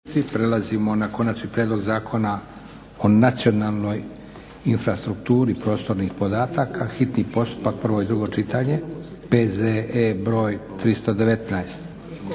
Prelazimo na - Konačni prijedlog Zakona o nacionalnoj infrastrukturi prostornih podataka, hitni postupak, prvo i drugo čitanje, P.Z.E. br. 319;